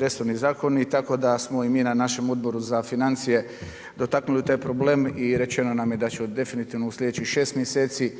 resorni zakoni, tako da smo i mi na našem Odboru za financije dotaknuli u taj problem i rečeno nam je da će definitivno u sljedećih 6 mjeseci